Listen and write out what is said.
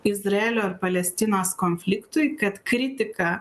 izraelio ir palestinos konfliktui kad kritika